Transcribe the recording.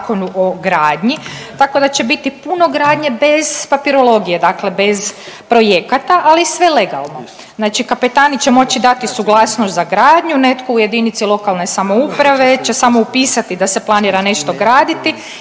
tako da će biti puno gradnje bez papirologije, dakle bez projekata ali sve legalno. Znači kapetani će moći dati suglasnost za gradnju, netko u jedinici lokalne samouprave će samo upisati da se planira nešto graditi